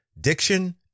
diction